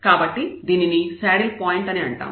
కాబట్టి దీనిని saddle point అని అంటాము